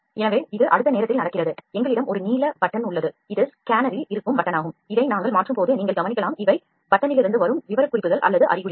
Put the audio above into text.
எனவே இது அடுத்த நேரத்தில் நடக்கிறது எங்களிடம் ஒரு நீல பட்டன் உள்ளது இது ஸ்கேனரில் இருக்கும் பட்டனாகும் இதை நாங்கள் மாற்றும்போது நீங்கள் கவனிக்கலாம் இவை பட்டனிலிருந்து வரும் விவரக்குறிப்புகள் அல்லது அறிகுறிகள்